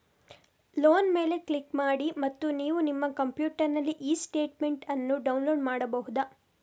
loan ಮೇಲೆ click ಮಾಡಿ ಮತ್ತು ನೀವು ನಿಮ್ಮ ಕಂಪ್ಯೂಟರಿನಲ್ಲಿ ಇ ಸ್ಟೇಟ್ಮೆಂಟ್ ಅನ್ನು ಡೌನ್ಲೋಡ್ ಮಾಡ್ಬಹುದು